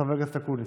חבר הכנסת אקוניס.